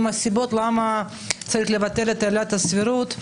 הסיבות למה צריך לבטל את עילת הסבירות.